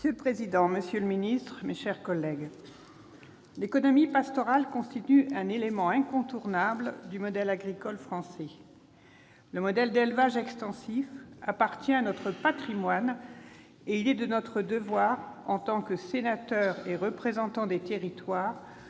Monsieur le président, monsieur le ministre, mes chers collègues, l'économie pastorale constitue un élément incontournable du modèle agricole français. Le modèle d'élevage extensif appartient à notre patrimoine et il est de notre devoir, en tant que sénateurs et représentants des territoires,